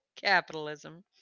Capitalism